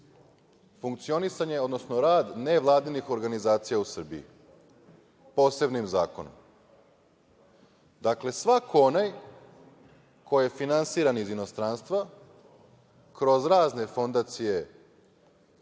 funkcionisanje, odnosno rad nevladinih organizacija u Srbiji posebnim zakonom. Svako ko je finansiran iz inostranstva, kroz razne fondacije,